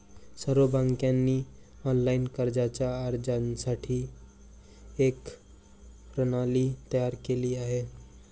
सर्व बँकांनी ऑनलाइन कर्जाच्या अर्जासाठी एक प्रणाली तयार केली आहे